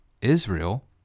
Israel